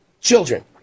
children